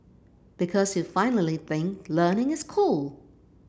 because you finally think learning is cool